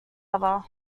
other